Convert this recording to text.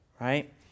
right